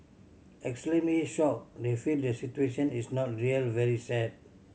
extremely shocked they feel the situation is not real very sad